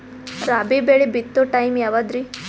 ರಾಬಿ ಬೆಳಿ ಬಿತ್ತೋ ಟೈಮ್ ಯಾವದ್ರಿ?